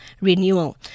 Renewal